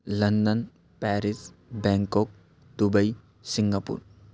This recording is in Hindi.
London Paris Bangkok Dubai Singapore